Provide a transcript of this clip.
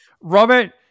Robert